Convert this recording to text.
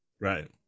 Right